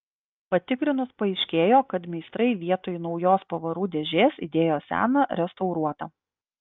patikrinus paaiškėjo kad meistrai vietoj naujos pavarų dėžės įdėjo seną restauruotą